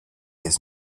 his